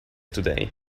today